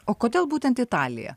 o kodėl būtent italija